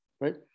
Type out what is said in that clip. Right